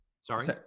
Sorry